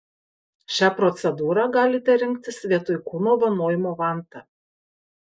šią procedūrą galite rinktis vietoj kūno vanojimo vanta